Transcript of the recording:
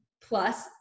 plus